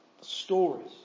stories